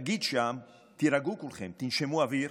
תגיד שם: תירגעו כולכם, תנשמו אוויר,